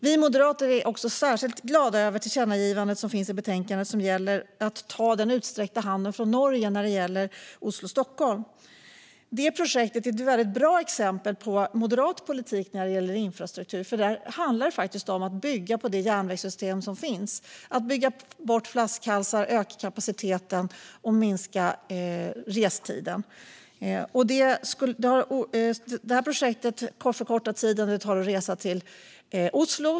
Vi moderater är särskilt glada över det tillkännagivande som finns i betänkandet och som gäller att ta den utsträckta handen från Norge i fråga om sträckan Oslo-Stockholm. Projektet är ett väldigt bra exempel på moderat infrastrukturpolitik. Det handlar om att bygga på det järnvägssystem som finns, bygga bort flaskhalsar, öka kapaciteten och minska restiden. Genom detta projekt förkortas den tid det tar att resa till Oslo.